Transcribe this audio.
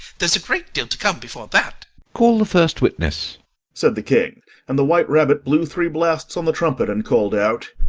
there's a great deal to come before that call the first witness said the king and the white rabbit blew three blasts on the trumpet, and called out,